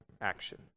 action